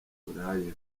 buraya